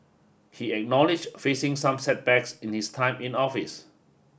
he acknowledged facing some setbacks in his time in office